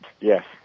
Yes